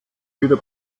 wieder